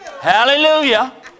Hallelujah